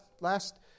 last